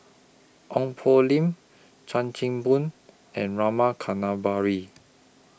Ong Poh Lim Chan Chim Boon and Rama Kannabiran